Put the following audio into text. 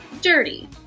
dirty